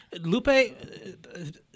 Lupe